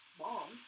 mom